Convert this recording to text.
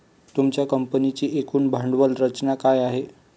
तुमच्या कंपनीची एकूण भांडवल रचना काय आहे?